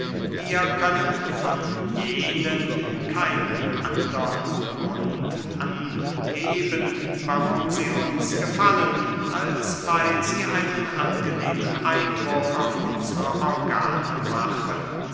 wir können von jenen keinen andern grund angeben warum sie uns gefallen als weil sie einen angenehmen eindruck auf unsre organe machen